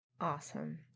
Awesome